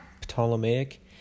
Ptolemaic